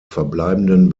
verbleibenden